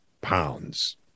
pounds